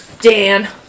Dan